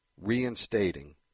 reinstating